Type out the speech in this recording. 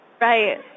Right